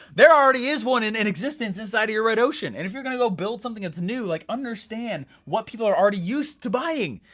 there already is one in and existence inside of your red ocean and if you're gonna go build something that's new, like understand what people are already used to buying.